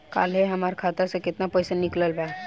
काल्हे हमार खाता से केतना पैसा निकलल बा?